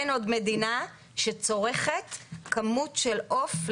אין עוד מדינה שצורכת כזו כמות לנפש.